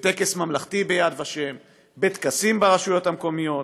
בטקס ממלכתי ביד ושם ובטקסים ברשויות המקומיות,